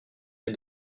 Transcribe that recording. met